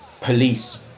police